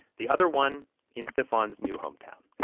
the other one in stephon's new hometown,